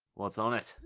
what's on it?